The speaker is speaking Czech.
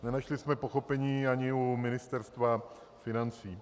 Nenašli jsme pochopení ani u Ministerstva financí.